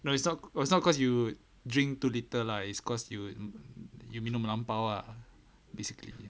no it's not it's not cause you drink to little lah it's cause you you minum melampau ah basically